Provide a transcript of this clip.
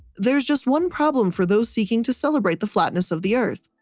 there's just one problem for those seeking to celebrate the flatness of the earth,